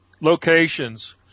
locations